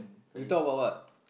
you talk about what